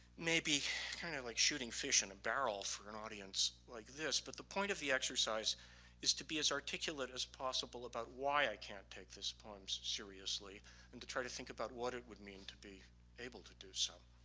maybe kind of like shooting fish in a barrel for an audience like this. but the point of the exercise is to be as articulate as possible about why i can't take these poems seriously and to try to think about what it would mean to be able to do so.